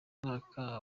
mwaka